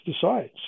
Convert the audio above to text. decides